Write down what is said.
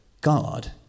God